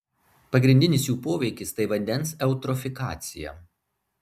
pagrindinis jų poveikis tai vandens eutrofikacija